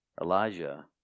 Elijah